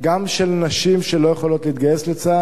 גם של נשים שלא יכולות להתגייס לצה"ל,